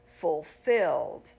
fulfilled